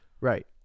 Right